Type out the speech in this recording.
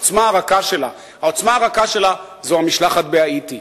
העוצמה הרכה שלה זו המשלחת בהאיטי.